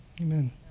Amen